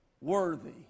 worthy